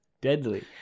deadly